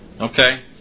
okay